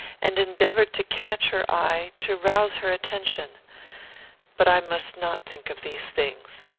and endeavoured to catch her eye, to rouse her attention but i must not think of these things.